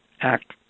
act